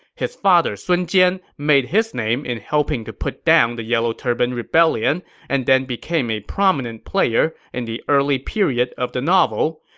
his father sun jian made his name in helping to put down the yellow turban rebellion and then became a prominent player in the early period of the novel.